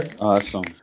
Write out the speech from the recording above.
Awesome